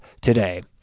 today